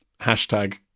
hashtag